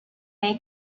may